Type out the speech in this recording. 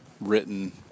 written